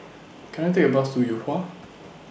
Can I Take A Bus to Yuhua